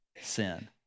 sin